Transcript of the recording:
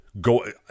Go